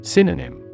Synonym